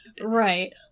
right